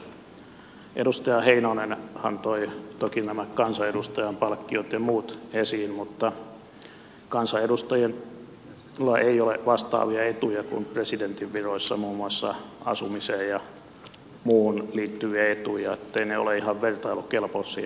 edustaja heinonen toi toki nämä kansanedustajan palkkiot ja muut esiin mutta kansanedustajilla ei ole vastaavia etuja kuin presidentin viroissa muun muassa asumiseen ja muuhun liittyviä etuja niin etteivät ne ole ihan vertailukelpoisia